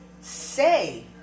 say